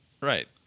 Right